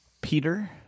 Peter